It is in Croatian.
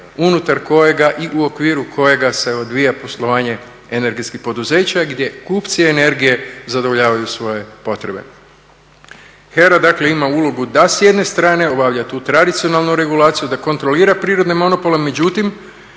unutar kojega i u okviru kojega se odvija poslovanje energetskih poduzeća gdje kupci energije zadovoljavaju svoje potrebe. HERA dakle ima ulogu da s jedne strane obavlja tu tradicionalnu regulaciju, da kontrolira prirodne monopole međutim,